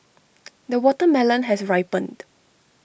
the watermelon has ripened